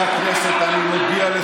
אני לא באולם, אני ביציע.